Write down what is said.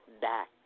back